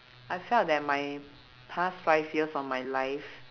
I felt that my past five years of my life